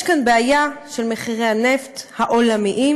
יש כאן בעיה של מחירי הנפט העולמיים,